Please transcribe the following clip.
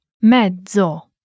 mezzo